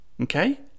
okay